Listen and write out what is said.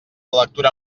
lectura